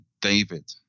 David